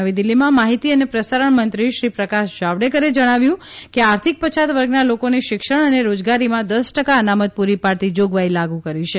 નવી દિલ્ફીમાં માહિતી અને પ્રસારણ મંત્રીશ્રી પ્રકાશ જાવડેકરે જણાવ્યું કે આર્થિક પછાત વર્ગના લોકોને શિક્ષણ અને રોજાગરીમાં દસ ટકા અનામત પૂરી પાડતી જાગવાઇ લાગુ કરી છે